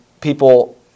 people